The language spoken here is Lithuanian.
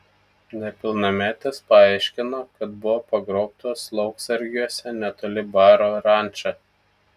nepilnametės paaiškino kad buvo pagrobtos lauksargiuose netoli baro ranča